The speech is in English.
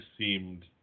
seemed